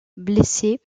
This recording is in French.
blessé